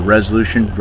Resolution